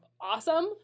awesome